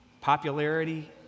popularity